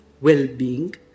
well-being